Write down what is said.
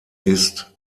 ist